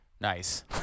Nice